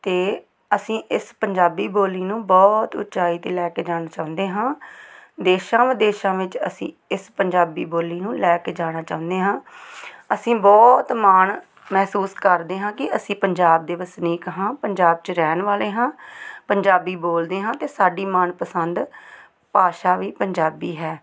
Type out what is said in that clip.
ਅਤੇ ਅਸੀਂ ਇਸ ਪੰਜਾਬੀ ਬੋਲੀ ਨੂੰ ਬਹੁਤ ਉਚਾਈ 'ਤੇ ਲੈ ਕੇ ਜਾਣਾ ਚਾਹੁੰਦੇ ਹਾਂ ਦੇਸ਼ਾਂ ਵਿਦੇਸ਼ਾਂ ਵਿੱਚ ਅਸੀਂ ਇਸ ਪੰਜਾਬੀ ਬੋਲੀ ਨੂੰ ਲੈ ਕੇ ਜਾਣਾ ਚਾਹੁੰਦੇ ਹਾਂ ਅਸੀਂ ਬਹੁਤ ਮਾਣ ਮਹਿਸੂਸ ਕਰਦੇ ਹਾਂ ਕਿ ਅਸੀਂ ਪੰਜਾਬ ਦੇ ਵਸਨੀਕ ਹਾਂ ਪੰਜਾਬ 'ਚ ਰਹਿਣ ਵਾਲੇ ਹਾਂ ਪੰਜਾਬੀ ਬੋਲਦੇ ਹਾਂ ਅਤੇ ਸਾਡੀ ਮਨਪਸੰਦ ਭਾਸ਼ਾ ਵੀ ਪੰਜਾਬੀ ਹੈ